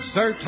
Sir